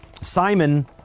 Simon